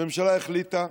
הממשלה החליטה,